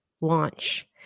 launch